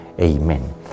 Amen